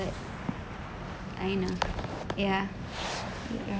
I know ya ya